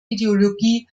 ideologie